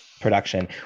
production